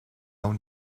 own